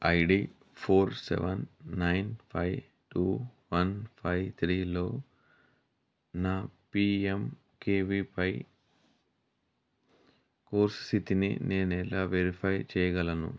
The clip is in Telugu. ID four seven nine five two one five త్రీలో నా పీఎంకేవీవై కోర్సు స్థితిని నేను ఎలా వెరిఫై చేయగలను